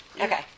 Okay